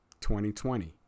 2020